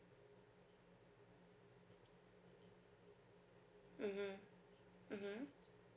mmhmm mmhmm